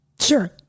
Sure